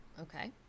Okay